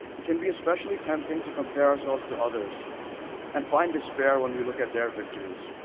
it can be especially tempting to compare ourselves to others and find despair when we look at their victories.